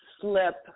slip